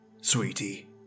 sweetie